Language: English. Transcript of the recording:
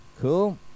Cool